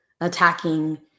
attacking